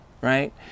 right